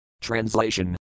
Translation